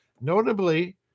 notably